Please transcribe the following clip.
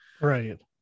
right